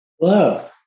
Hello